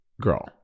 Girl